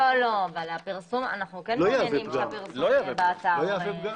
אבל אנחנו כן מעוניינים שהפרסום יהיה באתר.